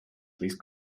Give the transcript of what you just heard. please